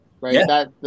right